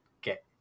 get